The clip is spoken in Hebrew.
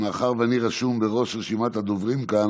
מאחר שאני רשום בראש רשימת הדוברים כאן,